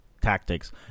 tactics